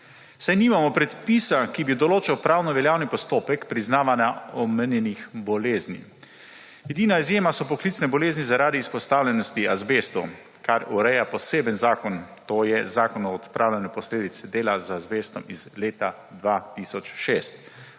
saj nimamo predpisa, ki bi določal pravno veljaven postopek priznavanja omenjenih bolezni. Edina izjema so poklicne bolezni zaradi izpostavljenosti azbestu, kar ureja poseben zakon, to je Zakon o odpravljanju posledic dela z azbestom iz leta 2006.